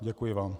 Děkuji vám.